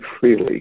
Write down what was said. freely